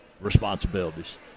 responsibilities